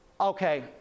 okay